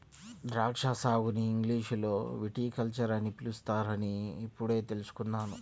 ద్రాక్షా సాగుని ఇంగ్లీషులో విటికల్చర్ అని పిలుస్తారని ఇప్పుడే తెల్సుకున్నాను